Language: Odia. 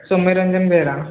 ସୌମ୍ୟ ରଞ୍ଜନ ବେହେରା